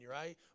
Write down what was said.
right